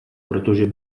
protože